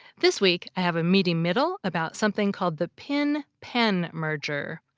this week, i have a meaty middle about something called the pin-pen pin-pen merger,